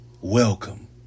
Welcome